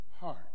heart